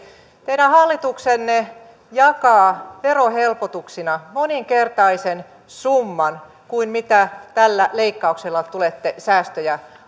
teidän hallituksenne jakaa verohelpotuksina moninkertaisen summan kuin mitä tällä leikkauksella tulette säästöjä